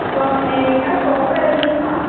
അപ്പം നിങ്ങളുടെ ഷോപ്പ് എവിടെ ആയിരുന്നു